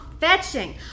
fetching